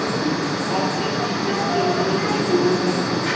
RTGS के माने की होबो है?